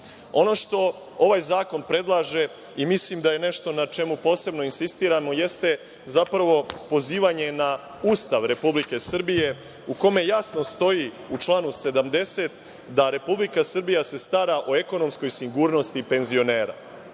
što ovaj zakon predlaže i mislim da je nešto na čemu posebno insistiramo jeste zapravo pozivanje na Ustav Republike Srbije u kome jasno stoji u članu 70. da se Republika Srbija stara o ekonomskoj sigurnosti penzionera.